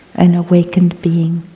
an awakened being.